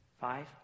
five